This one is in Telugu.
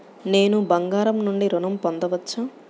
నేను బంగారం నుండి ఋణం పొందవచ్చా?